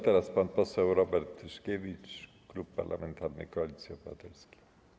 Teraz pan poseł Robert Tyszkiewicz, Klub Parlamentarny Koalicja Obywatelska.